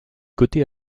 côtés